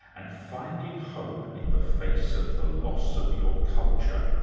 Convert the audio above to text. and finding hope in the face of the loss of your culture,